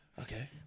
Okay